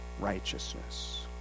righteousness